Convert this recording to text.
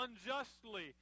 unjustly